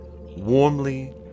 warmly